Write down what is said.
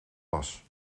was